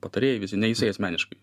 patarėjai visi ne jisai asmeniškai